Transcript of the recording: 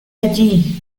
allí